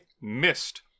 missed